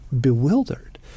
bewildered